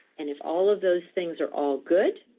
and if all of those things are all good,